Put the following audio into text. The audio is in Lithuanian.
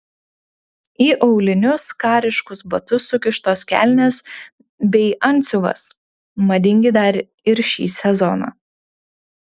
į aulinius kariškus batus sukištos kelnės bei antsiuvas madingi dar ir šį sezoną